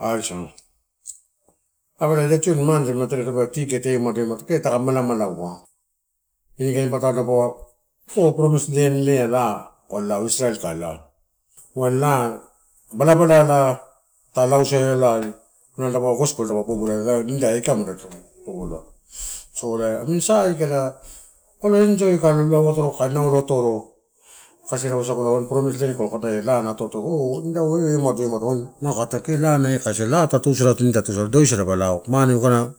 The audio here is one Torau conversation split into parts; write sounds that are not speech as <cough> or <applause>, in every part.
Aisa. Ago ida tioni mane tape luma terea tapeu ticket eh ah kee mataka malomalaua. Nikain patalo dapaua promise land leala kaaio lao, wa laa balabala na lausaiola nalo dapaua gospol tada bobo alai nida aikato mada tori so misai kada kalo enjoy kalo lao atoro. Kasidai laa ena atoaro wain kaua oh inau eh umado eh umado. Wain inau kai atai laana eh. Laa tu tusato nida tusado doisa dapalao mane uagana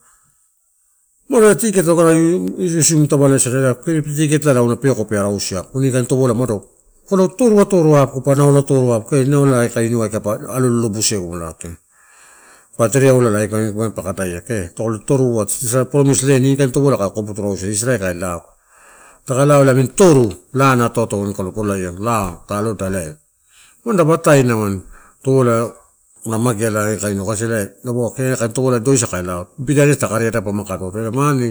<unintelligible> ticket iusimu taralasada, ticket la auna peko pa arausia irukain torola umado polo totoru atoro pa naulo atoro kee inau eh kainiu pa alobusiou kai lao kee. Patereaula aini pa kadaia kee, kalo torua sa promise land inikain torola kai kopu rausia israel kai lao. Takalao amini totoru laa ena ato waini kai lo bolaia laa ta aloda elai, waini dapa ataena waini torola na mageala na eh kainiua kasi dapau kee kain torola uai doisa ta lao ma pidania taka ari adapa mukai <unintelligible> elai mane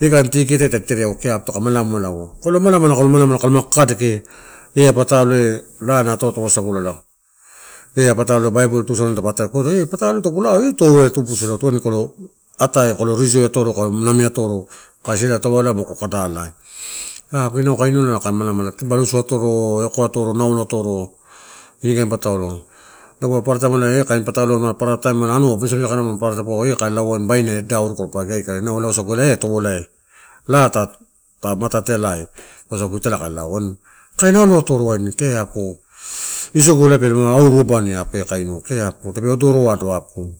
eh kain ticketiua ma kain malamalaua, kalo malamala kalo malamalaua kala kadadeke eh patalo eh laa na ato atu wasagula bible tusalato aini dapa atai atoro en ia patalo en la ta tutu-usala waini kai lo atoi kalo rejoy atoro, kalo name atoro kasi ena torola taka kadalai, apu inau kainiau nalo ai malamalaua, mausu atoro eko atoro, naulo atoro inikain patalo. Dapaua paparataim eh kain pataloua nalo anua misa misa kain paparadipau eh kai lau wain baina idai pa, auka elai inau wasagula eh torola eh laa ta matate alai wasagu italai kai lao. Kain naulo atoro, isogu pelama auru abani eh kainua kee tape odoro apu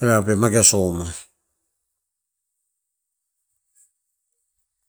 elai pe mageasoma.